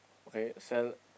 okay sell